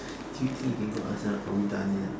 do you think you can go ask them are we done yet